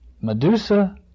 Medusa